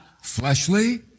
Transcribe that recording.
fleshly